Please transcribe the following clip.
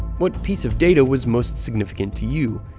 what piece of data was most significant to you?